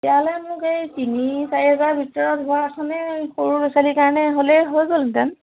তেতিয়াহ'লে মোক এই তিনি চাৰি হেজাৰৰ ভিতৰত হোৱাখনেই সৰু ল'ৰা ছোৱালীৰ কাৰণে হ'লেই হৈ গ'লহেঁতেন